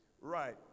Right